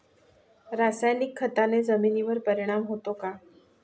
रासायनिक खताने जमिनीवर परिणाम होतो का?